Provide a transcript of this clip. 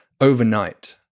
overnight